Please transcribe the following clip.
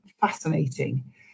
fascinating